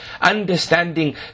understanding